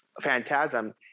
Phantasm